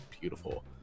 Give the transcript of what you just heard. beautiful